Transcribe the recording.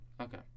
Okay